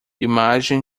imagem